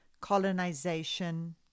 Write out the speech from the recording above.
colonization